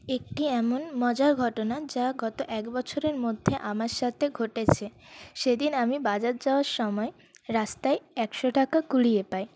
একটি এমন মজার ঘটনা যা গত এক বছরের মধ্যে আমার সাথে ঘটেছে সেদিন আমি বাজার যাওয়ার সময় রাস্তায় একশো টাকা কুড়িয়ে পাই